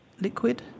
liquid